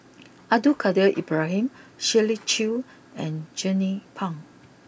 Abdul Kadir Ibrahim Shirley Chew and Jernnine Pang